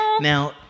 now